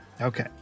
Okay